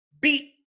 beat